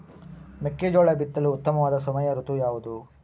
ಮೆಕ್ಕೆಜೋಳ ಬಿತ್ತಲು ಉತ್ತಮವಾದ ಸಮಯ ಋತು ಯಾವುದು?